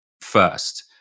first